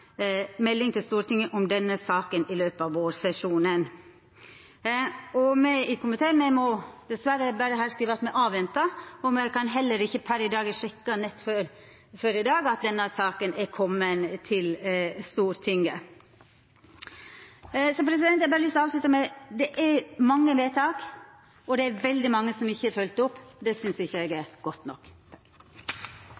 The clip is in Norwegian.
melding til Stortinget om denne saken i løpet av vårsesjonen 2016.» Me i komiteen må dessverre berre skriva at me avventar, for me kan heller ikkje sjå at denne saka per i dag har kome til Stortinget. Eg vil avslutta med å seia at det er mange vedtak, og det er veldig mange som ikkje er følgde opp. Det synest eg ikkje er